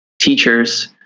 teachers